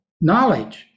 knowledge